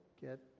get